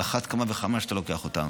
על אחת כמה וכמה כשאתה לוקח אותה.